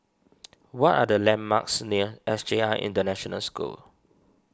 what are the landmarks near S J I International School